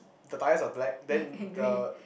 the tyre was black then the